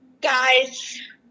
guys